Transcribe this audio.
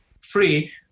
free